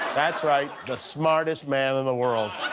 that's right, the smartest man in the world.